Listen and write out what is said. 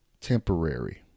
temporary